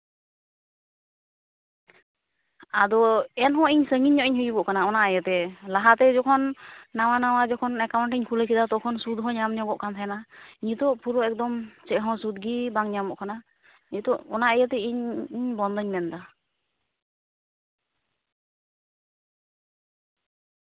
ᱟᱫᱚ ᱮᱱᱦᱚᱸ ᱤᱧ ᱥᱟᱺᱜᱤᱧ ᱧᱚᱜ ᱤᱧ ᱦᱩᱭᱩᱜᱚᱜ ᱠᱟᱱᱟ ᱚᱱᱟ ᱤᱭᱟᱹᱛᱮ ᱞᱟᱦᱟᱛᱮ ᱡᱚᱠᱷᱚᱱ ᱱᱟᱣᱟ ᱱᱟᱣᱟ ᱡᱚᱠᱷᱚᱱ ᱮᱠᱟᱣᱩᱱᱴᱤᱧ ᱠᱷᱩᱞᱟᱹᱣ ᱠᱮᱫᱟ ᱛᱚᱠᱷᱚᱱ ᱥᱩᱫ ᱦᱚᱸ ᱧᱟᱢ ᱧᱚᱜᱚᱜ ᱠᱟᱱ ᱛᱟᱦᱮᱱᱟ ᱱᱤᱛᱳᱜ ᱯᱩᱨᱟᱹ ᱮᱠᱫᱚᱢ ᱪᱮᱫ ᱦᱚᱸ ᱥᱩᱫᱽᱜᱮ ᱵᱟᱝ ᱧᱟᱢᱚᱜ ᱠᱟᱱᱟ ᱱᱤᱛᱳᱜ ᱚᱱᱟ ᱤᱭᱟᱹ ᱛᱮ ᱤᱧ ᱤᱧ ᱵᱚᱱᱫᱚᱧ ᱢᱮᱱ ᱮᱫᱟ